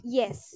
yes